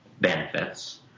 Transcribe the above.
benefits